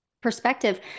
perspective